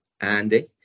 Andy